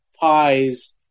pies